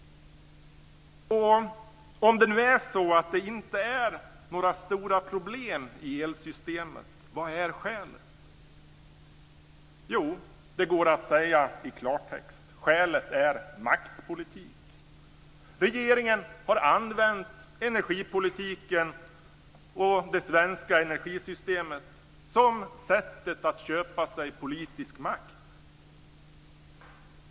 Om det nu är så att det inte är några stora problem i elsystemet, vad är då skälet? Det går att säga i klartext. Skälet är maktpolitik. Regeringen har använt energipolitiken och det svenska energisystemet som ett sätt att köpa sig politisk makt.